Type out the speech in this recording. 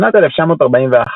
בשנת 1941,